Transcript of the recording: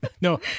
no